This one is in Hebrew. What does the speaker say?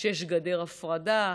שיש גדר הפרדה,